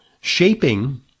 shaping